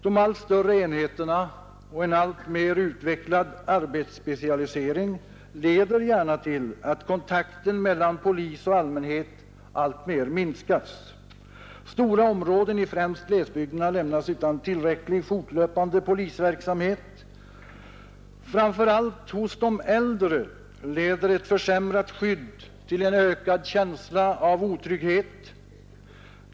De allt större enheterna och en alltmer utvecklad arbetsspecialisering leder gärna till att kontakten mellan polis och allmänhet alltmer minskas. Stora områden i främst glesbygderna lämnas utan tillräcklig fortlöpande polisverksamhet. Framför allt hos de äldre leder ett försämrat skydd till en ökad känsla av otrygghet.